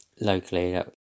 locally